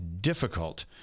difficult